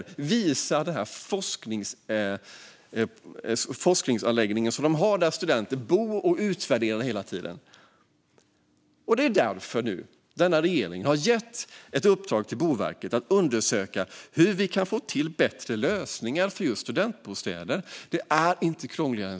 Det visar den här forskningsanläggningen på KTH, som studenter bor i och hela tiden utvärderar. Det är därför denna regering nu har gett Boverket ett uppdrag att undersöka hur vi kan få till bättre lösningar för just studentbostäder. Det är inte krångligare än så.